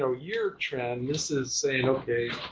so year trend. this is saying okay